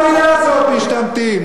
אני מדבר על אלו שקוראים לנו משתמטים.